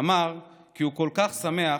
אמר כי הוא כל כך שמח